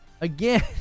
again